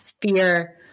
fear